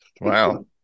Wow